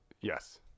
Yes